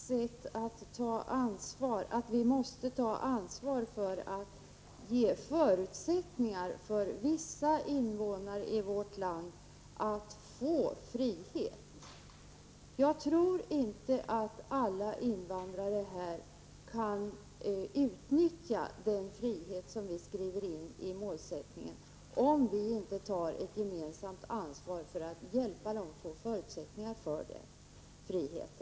Herr talman! Jag menar att detta är ett sätt att ta ansvar. Vi måste också ta ansvar för att ge förutsättningar för vissa invånare i vårt land att få frihet. Jag tror inte att alla invandrare här kan utnyttja den frihet som vi skriver in i målsättningen, om vi inte tar ett gemensamt ansvar att hjälpa dem att få förutsättningar för denna frihet.